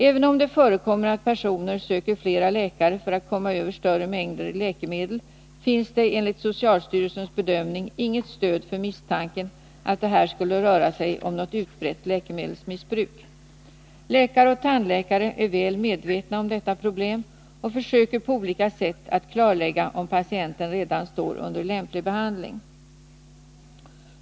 Även om det förekommer att personer söker flera läkare för att komma över större mängder läkemedel finns det enligt socialstyrelsens bedömning inget stöd för misstanken att det här skulle röra sig om något utbrett läkemedelsmissbruk. Läkare och tandläkare är väl medvetna om detta problem och försöker på olika sätt att klarlägga om patienten redan står under lämplig behandling.